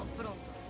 pronto